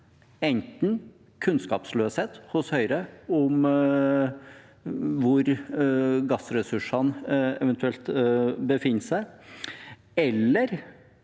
enten kunnskapsløshet hos Høyre om hvor gassressursene eventuelt befinner seg, eller